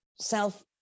self